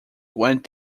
went